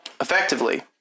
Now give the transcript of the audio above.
effectively